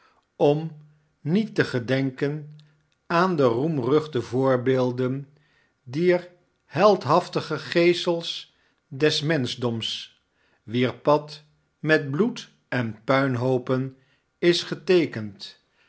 om niet te gedenken aan de roemruchtige voorbeelden dier heldhaftige geesels des menschdoms wier pad met bloed en puinhoopen is geteekend